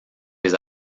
les